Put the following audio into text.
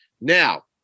Now